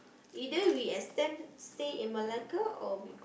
either we extend stay in Malacca or we